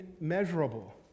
Immeasurable